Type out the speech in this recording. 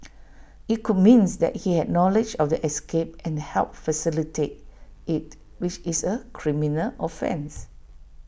IT could means that he had knowledge of the escape and helped facilitate IT which is A criminal offence